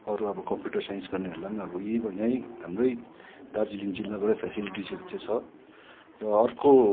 अरू अब computer science गर्नेहरूलाई पनि अब यहीँको यहीँ हाम्रै दार्जिलिङ जिल्लाबाट फेसिलिटीहरू चाहिँ छ र अर्को